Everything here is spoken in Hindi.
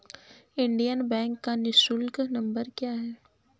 इंडियन बैंक का निःशुल्क नंबर क्या है?